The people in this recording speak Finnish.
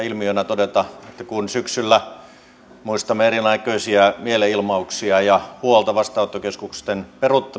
ilmiönä todeta että kun syksyltä muistamme erinäköisiä mielenilmauksia ja huolta vastaanottokeskusten